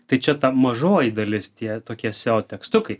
tai čia ta mažoji dalis tie tokie seo tekstukai